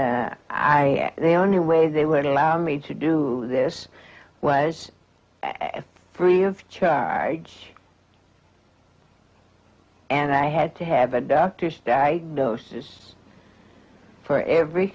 and i they only way they would allow me to do this was free of charge and i had to have a doctor's diagnosis for every